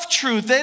truth